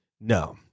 No